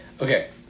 okay